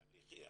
התהליך יהיה,